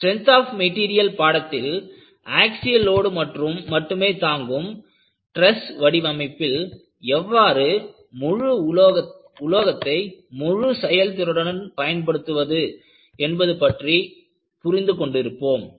strength of material பாடத்தில் axial load மட்டுமே தாங்கும் டிரஸ் வடிவமைப்பில் எவ்வாறு உலோகத்தை முழு செயல்திறனுடன் பயன்படுத்துவது என்பதைப் புரிந்து கொண்டிருப்போம்